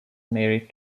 married